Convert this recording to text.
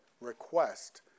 request